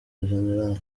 gen